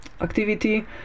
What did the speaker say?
activity